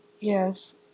Yes